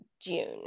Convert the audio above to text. June